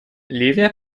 ливия